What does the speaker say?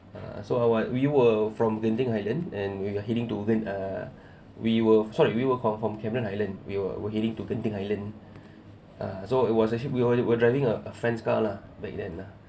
err so I was we were from genting highlands and we are heading to them uh we were sorry we were from cameron highlands we were we're heading to genting highlands uh so it was actually we were driving a friend's car lah back then lah